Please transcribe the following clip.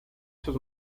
sus